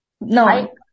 no